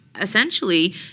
essentially